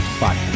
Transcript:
Bye